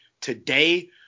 Today